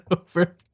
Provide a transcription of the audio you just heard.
over